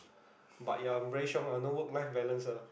but ya very shiong ah no work life balance lah